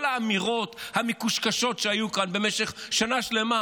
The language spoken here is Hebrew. כל האמירות המקושקשות שהיו כאן במשך שנה שלמה: